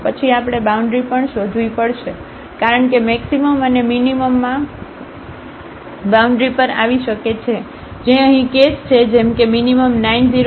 પછી આપણે બાઉન્ડ્રી પણ શોધવી પડશે કારણ કે મેક્સિમમ અને મીનીમમમીનીમમબાઉન્ડ્રી પર આવી શકે છે જે અહીં કેસ છે જેમ કે મીનીમમ9 0 અથવા 0 9 છે